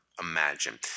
imagine